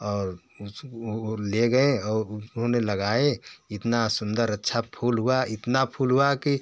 और उस ले गए और उन्होंने ने लगाए इतना सुन्दर अच्छा फूल हुआ इतना फूल हुआ कि